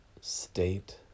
state